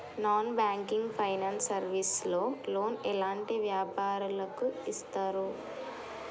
Non banking finance service లో loan ఎలాంటి వ్యాపారులకు ఇస్తరు?